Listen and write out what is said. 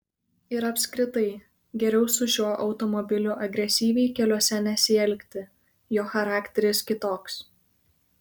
ir apskritai geriau su šiuo automobiliu agresyviai keliuose nesielgti jo charakteris kitoks